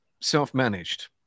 self-managed